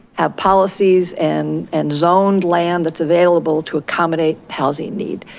have policies and and zoned land that's available to accommodate housing need.